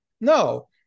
no